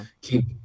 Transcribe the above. keep